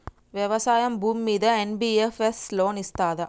వ్యవసాయం భూమ్మీద NBFS loan ఇస్తదా?